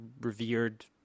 revered